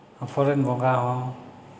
ᱟᱵᱚᱨᱮᱱ ᱵᱚᱸᱜᱟ ᱦᱚᱸ